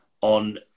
on